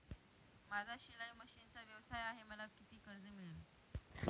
माझा शिलाई मशिनचा व्यवसाय आहे मला किती कर्ज मिळेल?